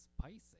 spicy